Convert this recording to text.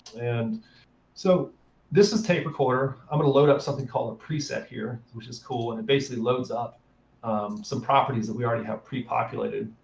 and so this is take recorder. i'm going to load up something called a preset here, which is cool. and it basically loads up some properties that we already have pre-populated.